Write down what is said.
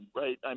right